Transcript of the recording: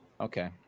Okay